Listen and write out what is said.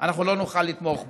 אנחנו לא נוכל לתמוך בו,